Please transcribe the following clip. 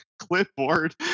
clipboard